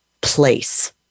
place